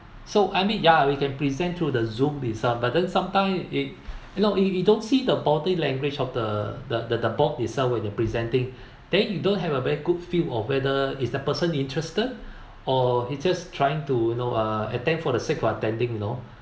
so I mean ya we can present to the zoom itself but then sometime it you know you you don't see the body language of the the the the board itself when you presenting then you don't have a very good feel of whether is the person interested or he just trying to you know uh attend for the sake of attending you know